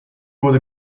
wurde